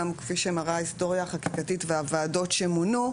גם כפי שמראה ההיסטוריה החקיקתית והוועדות שמונו,